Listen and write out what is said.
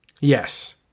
Yes